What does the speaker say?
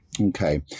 Okay